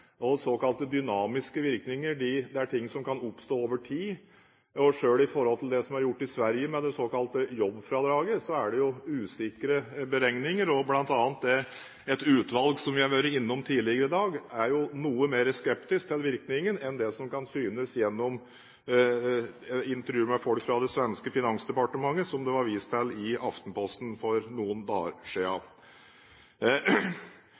Såkalte dynamiske virkninger er ting som kan oppstå over tid. Selv ved det som er gjort i Sverige med det såkalte jobbfradraget, er det usikre beregninger. Blant annet er et utvalg, som vi har vært innom tidligere i dag, noe mer skeptisk til virkningen enn det som kan synes gjennom intervju med folk fra det svenske finansdepartementet, som det var vist til i Aftenposten for noen dager siden.